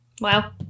Wow